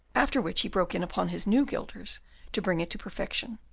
after which he broke in upon his new guilders to bring it to perfection.